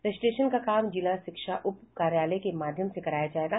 registration का काम जिला शिक्षा उप कार्यालय के माध्यम से कराया जायेगा